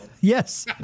Yes